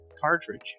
cartridge